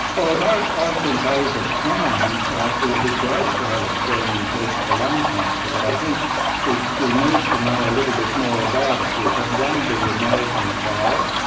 ah like i i think over time it would be great to have a screening test for lung cancer, but i think we need to know a little bit more about it. we've had one big american trial.